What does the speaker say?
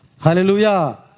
Hallelujah